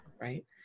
right